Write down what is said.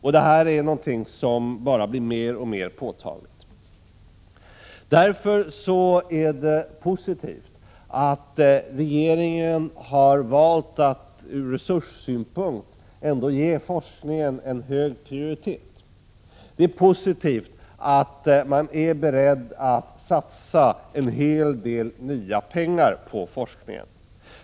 Detta är något som bara blir mer och mer påtagligt. Det är därför positivt att regeringen har valt att ur resurssynpunkt ändå ge forskningen en hög prioritet. Det är positivt att regeringen är beredd att satsa en hel del nya pengar på forskningen.